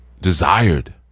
desired